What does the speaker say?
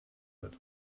wird